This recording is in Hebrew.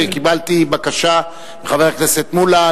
וקיבלתי בקשה מחבר הכנסת מולה,